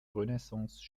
renaissance